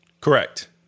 Correct